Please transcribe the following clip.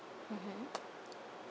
mmhmm